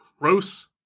gross